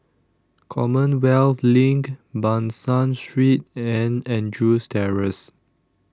Commonwealth LINK Ban San Street and Andrews Terrace